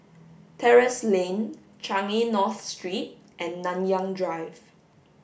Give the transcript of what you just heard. Terrasse Lane Changi North Street and Nanyang Drive